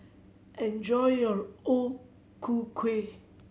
enjoy your O Ku Kueh